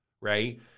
right